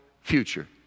future